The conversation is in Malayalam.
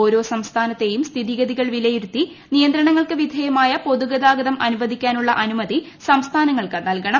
ഓരോ സംസ്ഥാനത്തെ യും സ്ഥിതിഗതികൾ വിലയിരുത്തി നീയ്ട്രിക്ക്ണങ്ങൾക്ക് വിധേയമായ പൊതുഗതാഗതം അനുവദിക്കാനുള്ള് അന്നുമതി സംസ്ഥാനങ്ങൾക്ക് നൽകണം